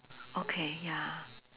okay ya